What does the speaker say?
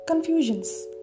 Confusions